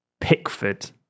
Pickford